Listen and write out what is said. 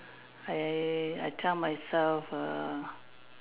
I I tell myself err